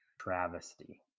travesty